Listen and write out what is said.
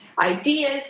ideas